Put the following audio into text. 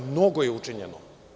Mnogo je učinjeno.